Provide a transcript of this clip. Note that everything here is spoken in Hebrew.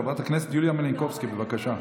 חברת הכנסת יוליה מלינובסקי, בבקשה.